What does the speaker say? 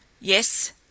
Yes